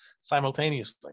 simultaneously